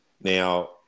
Now